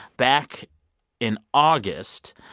back in august,